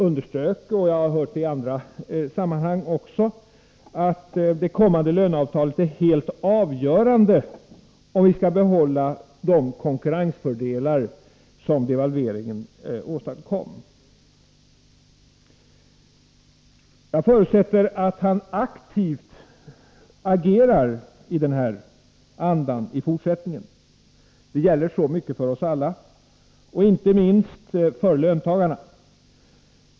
underströk — och det har jag hört i andra sammanhang också — att det kommande löneavtalet är helt avgörande för om vi kan behålla de konkurrensfördelar som devalveringen åstadkom. Jag förutsätter att löneministern aktivt agerar i den andan i fortsättningen. Det gäller så mycket för oss alla, inte minst för löntagarna.